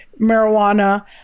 marijuana